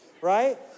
right